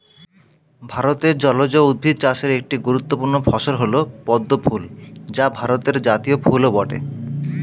ভারতে জলজ উদ্ভিদ চাষের একটি গুরুত্বপূর্ণ ফসল হল পদ্ম ফুল যা ভারতের জাতীয় ফুলও বটে